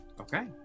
Okay